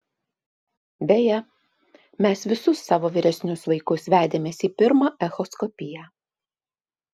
beje mes visus savo vyresnius vaikus vedėmės į pirmą echoskopiją